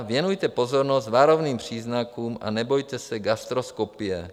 Věnujte pozornost varovným příznakům a nebojte se gastroskopie.